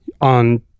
On